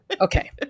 Okay